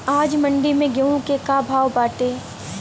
आज मंडी में गेहूँ के का भाव बाटे?